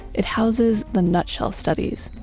it houses the nutshell studies,